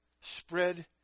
spread